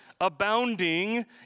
abounding